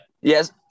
yes